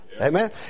Amen